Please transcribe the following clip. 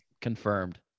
Confirmed